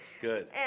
good